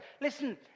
Listen